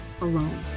alone